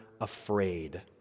afraid